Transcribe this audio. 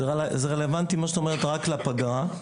מה שאת אומרת רלוונטי רק לפגרה.